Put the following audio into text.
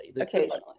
Occasionally